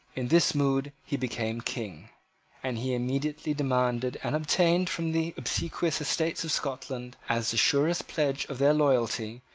in this mood he became king and he immediately demanded and obtained from the obsequious estates of scotland as the surest pledge of their loyalty,